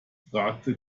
fragte